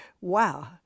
wow